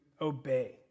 obey